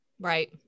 Right